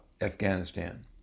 Afghanistan